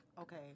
Okay